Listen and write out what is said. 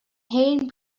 hen